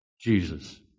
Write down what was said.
Jesus